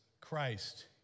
Christ